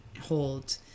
hold